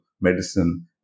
medicine